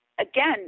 again